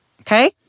Okay